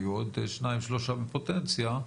היו עוד שניים-שלושה בפוטנציה,